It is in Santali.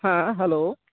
ᱦᱮᱸ ᱦᱮᱞᱳ